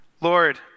Lord